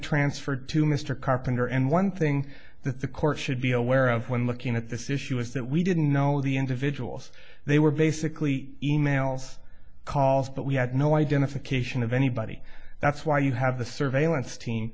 transferred to mr carpenter and one thing that the court should be aware of when looking at this issue is that we didn't know the individuals they were basically e mails calls but we had no identification of anybody that's why you have the surveillance team